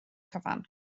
cyfan